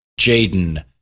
Jaden